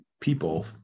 people